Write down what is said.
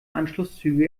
anschlusszüge